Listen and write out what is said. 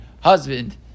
husband